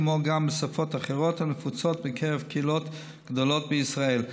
כמו גם בשפות אחרות הנפוצות בקרב קהילות גדולות בישראל.